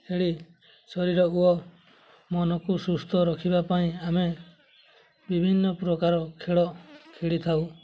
ଖେଳି ଶରୀର ଓ ମନକୁ ସୁସ୍ଥ ରଖିବା ପାଇଁ ଆମେ ବିଭିନ୍ନ ପ୍ରକାର ଖେଳ ଖେଳିଥାଉ